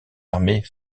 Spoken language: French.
armées